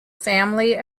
family